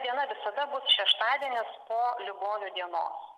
diena visada būti šeštadienis po ligonio dienos